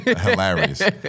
hilarious